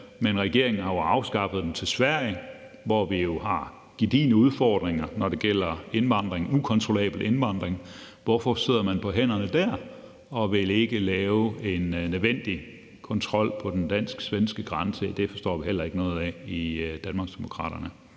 men regeringen har jo afskaffet den til Sverige, hvor vi jo har gedigne udfordringer, når det gælder en ukontrollabel indvandring. Hvorfor sidder man dér på hænderne og vil ikke lave en nødvendig kontrol på den dansk-svenske grænse? Det forstår vi heller ikke noget af i Danmarksdemokraterne.